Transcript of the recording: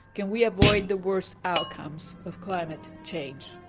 can we avoid the worst outcomes of climate change.